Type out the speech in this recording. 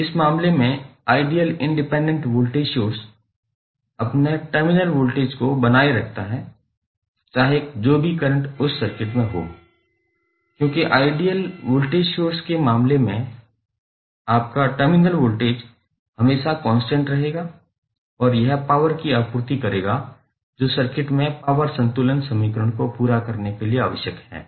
इस मामले में आइडियल इंडिपेंडेंट वोल्टेज सोर्स अपने टर्मिनल वोल्टेज को बनाए रखता है चाहे जो भी करंट उस सर्किट में हो क्योंकि आइडियल वोल्टेज सोर्स के मामले में आपका टर्मिनल वोल्टेज हमेशा स्थिर रहेगा और यह पॉवर की आपूर्ति करेगा जो सर्किट में पॉवर संतुलन समीकरण को पूरा करने के लिए आवश्यक है